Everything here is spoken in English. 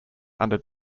under